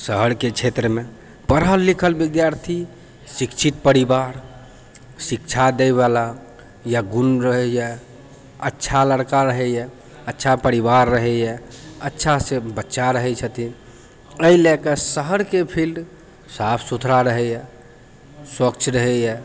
शहरके क्षेत्रमे पढ़ल लिखल विद्यार्थी शिक्षित परिवार शिक्षा दैवला या गुण रहैए अच्छा लड़का रहैए अच्छा परिवार रहैए अच्छासँ बच्चा रहै छथिन एहि लए कऽ शहरके फील्ड साफ सुथरा रहैए स्वच्छ रहैए